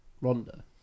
Ronda